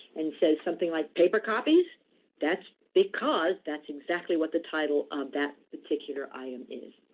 and says something, like, paper copies that's because that's exactly what the title of that particular item is.